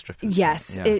Yes